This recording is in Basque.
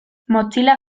mozilla